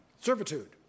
servitude